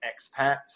expats